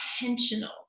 intentional